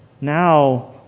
Now